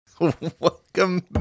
Welcome